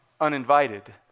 uninvited